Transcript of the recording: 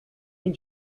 mean